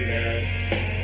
Yes